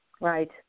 Right